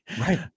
Right